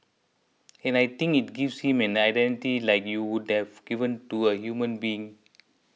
and I think it gives him an identity like you would have given to a human being